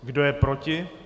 Kdo je proti?